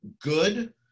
good